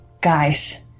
Guys